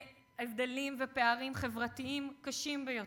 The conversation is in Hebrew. להבדלים ופערים חברתיים קשים ביותר.